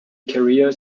career